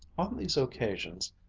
on these occasions,